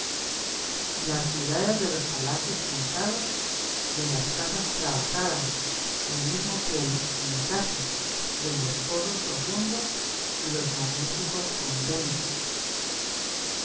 las ciudades de los palacios pintados de las casas trabajadas lo mismo que el encaje de los pozos profundos y los magníficos conventos